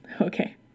Okay